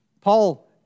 Paul